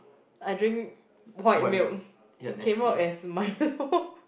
I drink white milk it came out as Milo